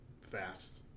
fast